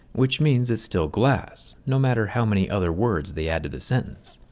which means it's still glass no matter how many other words they add to the sentence.